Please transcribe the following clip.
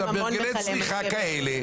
בהרגלי צריכה כאלה,